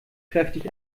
kräftig